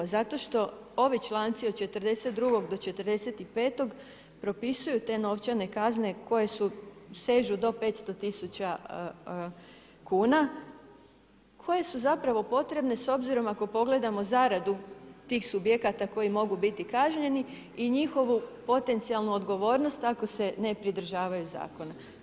Zato što ovi članci od 42.-45. propisuju te novčane kazne koje sežu do 500000 kuna, koje su zapravo potrebne s obzirom ako pogledamo zaradu tih subjekata koji mogu biti kažnjeni i njihovu potencijalnu odgovornost ako se ne pridržavaju zakona.